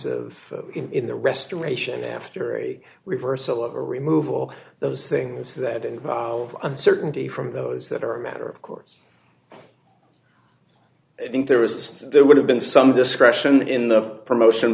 of in the restoration after a reversal of a remove all those things that involve uncertainty from those that are a matter of course i think there was there would have been some discretion in the promotion